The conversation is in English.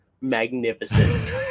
magnificent